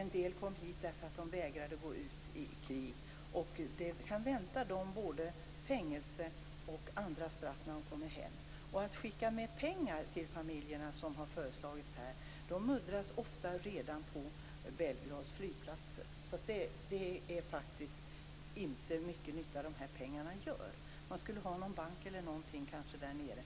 En del kom hit därför att de vägrade gå ut i krig, och det kan vänta dem både fängelse och andra straff när de kommer hem. Att skicka med familjerna pengar, som har föreslagits, innebär bara att de kommer att muddras redan på Belgrads flygplats. Det är alltså inte mycket nytta de pengarna gör. Man skulle i så fall ha t.ex. en bank där nere.